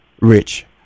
Rich